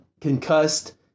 concussed